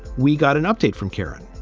we got an update from karen